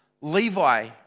Levi